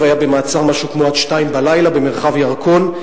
והיה במעצר משהו כמו עד השעה 02:00, במרחב ירקון.